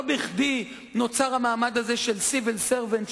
לא בכדי נוצר המעמד הזה של civil servant,